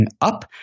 up